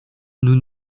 nous